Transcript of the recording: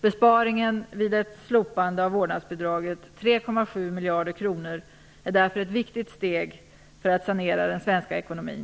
Besparingen vid ett slopande av vårdnadsbidraget, 3,7 miljarder kronor, är därför ett viktigt steg för att sanera den svenska ekonomin.